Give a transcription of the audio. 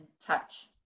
touch